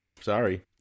sorry